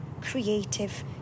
creative